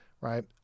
Right